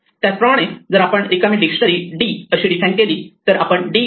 त्याचप्रमाणे जर आपण रिकामी डिक्शनरी d अशी डिफाईन केली तर आपण d